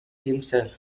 himself